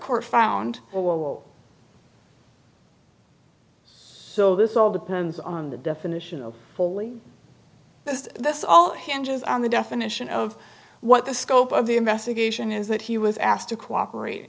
court found or will so this all depends on the definition of bully because that's all hinges on the definition of what the scope of the investigation is that he was asked to cooperate